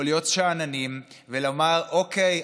להיות שאננים ולומר: אוקיי,